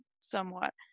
somewhat